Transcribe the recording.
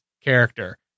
character